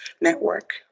network